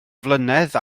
flynedd